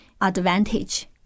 advantage